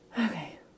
Okay